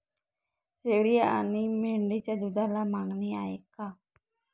शेळी आणि मेंढीच्या दूधाला मागणी आहे का?